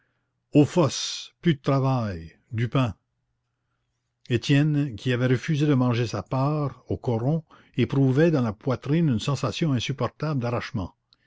aux fosses plus de travail du pain étienne qui avait refusé de manger sa part au coron éprouvait dans la poitrine une sensation insupportable d'arrachement